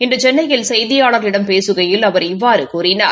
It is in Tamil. இன்று சென்னையில் செய்தியாளர்களிடம் பேசுகையில் அவர் இவ்வாறு கூறினார்